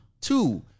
two